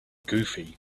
goofy